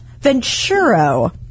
Venturo